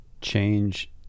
change